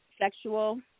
sexual